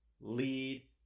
lead